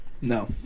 No